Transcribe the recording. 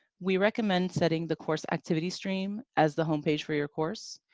we recommend setting the course activities stream as the home page for your course.